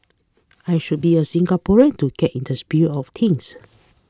I should be a Singaporean to get in the spirit of things